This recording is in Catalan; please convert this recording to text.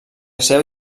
seva